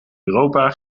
europa